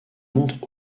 montre